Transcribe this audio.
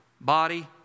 body